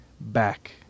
back